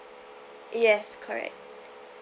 yes correct